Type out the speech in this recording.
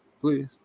please